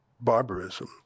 barbarism